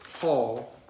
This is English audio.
Paul